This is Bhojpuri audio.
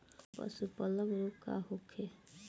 पशु प्लग रोग का होखे?